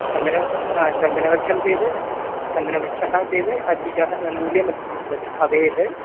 चन्दनं हा चन्दनवृक्षं चेद् चन्दनवृक्षः चेद् अधिकं मूल्यमधिकं भवति भवेत्